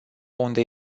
unde